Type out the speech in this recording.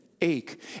ache